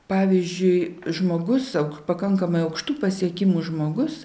pavyzdžiui žmogus auk pakankamai aukštų pasiekimų žmogus